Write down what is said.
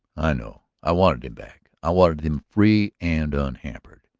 i know. i wanted him back. i wanted him free and unhampered.